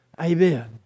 Amen